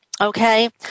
okay